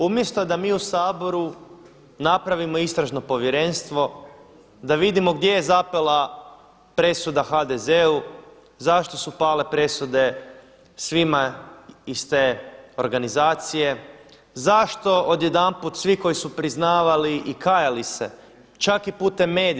Umjesto da mi u Saboru napravimo istražno povjerenstvo, da vidimo gdje je zapela presuda HDZ-u, zašto su pale presude svima iz te organizacije, zašto odjedanput svi koji su priznavali i kajali se, čak i putem medija.